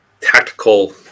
tactical